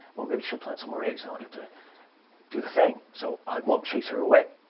well maybe she'll plant some more eggs on it to do the thing. so i won't chase her away.